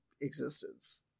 existence